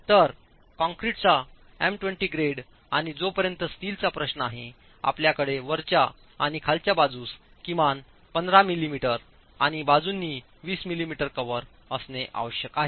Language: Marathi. तर कॉंक्रिटचा एम २० ग्रेड आणि जोपर्यंत स्टीलचा प्रश्न आहे आपल्याकडे वरच्या आणि खालच्या बाजूस किमान 15 मिमी आणि बाजूंनी 20 मिलिमीटर कव्हर असणे आवश्यक आहे